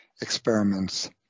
experiments